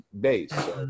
base